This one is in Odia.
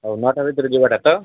ହଉ ନଅ ଭିତରେ ଯିବାଟା ତ